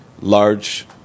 large